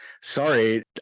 sorry